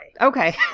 Okay